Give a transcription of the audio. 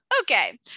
okay